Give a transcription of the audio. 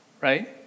right